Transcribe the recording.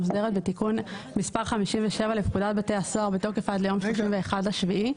המוסדרת בתיקון מס' 57 לפקודת בתי הסוהר בתוקף עד ליום 31 ביולי.